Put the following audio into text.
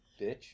bitch